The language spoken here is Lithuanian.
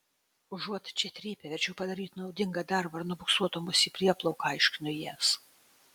užuot čia trypę verčiau padarytų naudingą darbą ir nubuksuotų mus į prieplauką aiškinu jiems